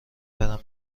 برم